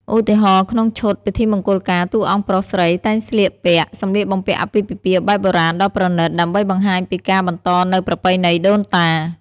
ឧទាហរណ៍ ក្នុងឈុត ពិធីមង្គលការ តួអង្គប្រុសស្រីតែងស្លៀកពាក់ សម្លៀកបំពាក់អាពាហ៍ពិពាហ៍បែបបុរាណ ដ៏ប្រណីត ដើម្បីបង្ហាញពីការបន្តនូវប្រពៃណីដូនតា។